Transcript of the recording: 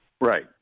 right